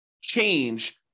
change